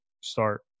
start